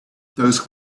dusk